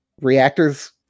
reactors